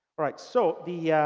right. so the